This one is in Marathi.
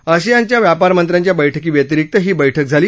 आशियानच्या व्यापार मंत्र्यांच्या बैठकी व्यतिरिक्त ही बैठक झाली